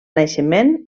naixement